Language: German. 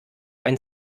ein